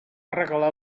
regalar